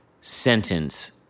sentence